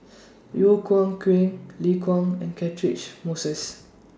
Yeo Yeow Kwang Liu Kang and Catchick Moses